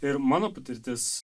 ir mano patirtis